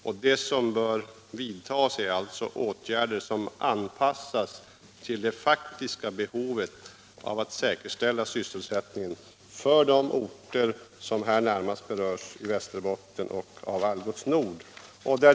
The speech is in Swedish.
Vad som behövs är åtgärder som anpassas till det faktiska behovet av att säkerställa sysselsättningen på de orter som är närmast berörda av Algots Nords etablering i Västerbotten.